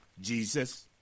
Jesus